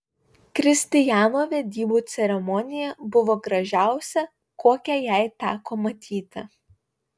kristijano vedybų ceremonija buvo gražiausia kokią jai teko matyti